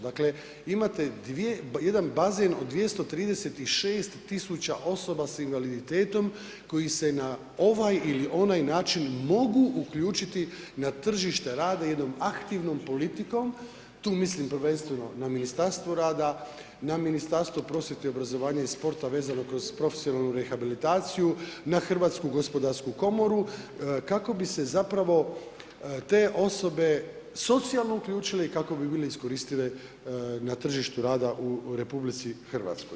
Dakle, imate jedan bazen od 236 tisuća osoba s invaliditetom koji se na ovaj ili onaj način mogu uključiti na tržište rada jednom aktivnom politikom, tu mislim prvenstveno na Ministarstvo rada, na Ministarstvo prosvjete i obrazovanja i sporta vezano kroz profesionalnu rehabilitaciju, na HGK, kako bi se zapravo te osobe socijalno uključile i kako bi bile iskoristive na tržištu rada u RH.